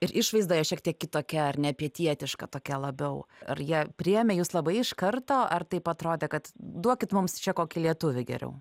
ir išvaizda jo šiek tiek kitokia ar ne pietietiška tokia labiau ar jie priėmė jus labai iš karto ar taip atrodė kad duokit mums čia kokį lietuvį geriau